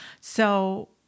So-